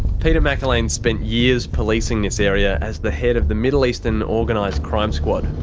peter mcerlain spent years policing this area as the head of the middle eastern organised crime squad.